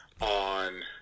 on